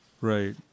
Right